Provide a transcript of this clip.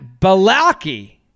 Balaki